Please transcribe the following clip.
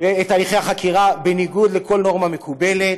החקירה בניגוד לכל נורמה מקובלת.